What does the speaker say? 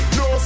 no